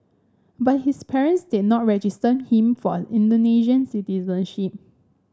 but his parents did not register him for Indonesian citizenship